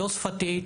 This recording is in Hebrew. לא שפתית,